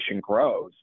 grows